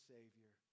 Savior